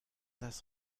das